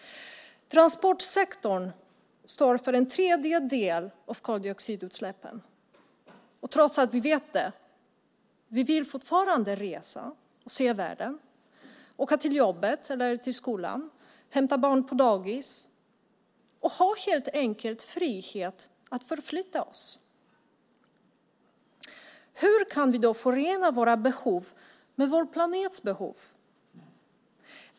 Transportsektorn står för en tredjedel av koldioxidutsläppen. Trots att vi vet det vill vi fortfarande resa och se världen, åka till jobbet eller skolan, hämta barn på dagis och helt enkelt ha frihet att förflytta oss. Hur kan vi förena våra behov med vår planets behov?